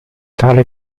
tale